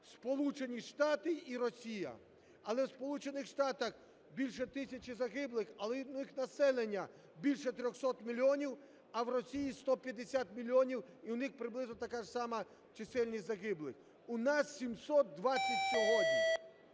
Сполучені Шати і Росія. Але в Сполучених Штатах – більше тисячі загиблих, але в них населення – більше 300 мільйонів, а в Росії – 150 мільйонів, і у них приблизно така ж сама чисельність загиблих, у нас – 720 сьогодні.